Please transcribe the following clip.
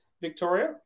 Victoria